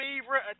favorite